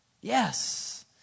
Yes